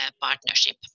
partnership